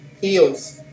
heels